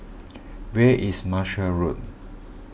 where is Marshall Road